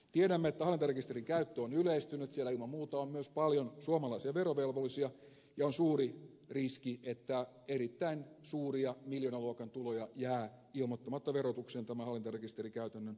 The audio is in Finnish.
tiedämme että hallintarekisterin käyttö on yleistynyt siellä ilman muuta on myös paljon suomalaisia verovelvollisia ja on suuri riski että erittäin suuria miljoonaluokan tuloja jää ilmoittamatta verotukseen tämän hallintarekisterikäytännön johdosta